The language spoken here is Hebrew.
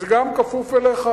וזה גם כפוף אליך,